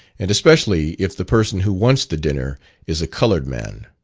and especially if the person who wants the dinner is a coloured man.